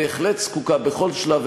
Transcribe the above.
בהחלט זקוקה בכל שלב,